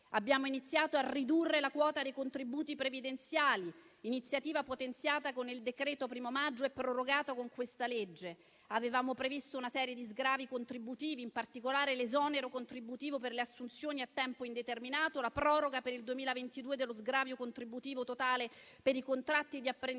Abbiamo iniziato a ridurre la quota dei contributi previdenziali, iniziativa potenziata con il decreto 1° maggio e prorogata con questa legge. Avevamo previsto una serie di sgravi contributivi, in particolare l'esonero contributivo per le assunzioni a tempo indeterminato, la proroga per il 2022 dello sgravio contributivo totale per i contratti di apprendistato